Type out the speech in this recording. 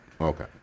Okay